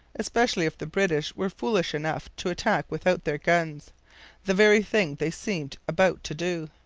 especially if the british were foolish enough to attack without their guns the very thing they seemed about to do.